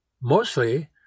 mostly